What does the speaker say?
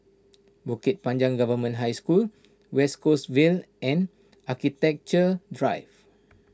Bukit Panjang Government High School West Coast Vale and Architecture Drive